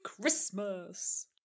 Christmas